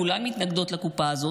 כולן מתנגדות לקופה הזאת,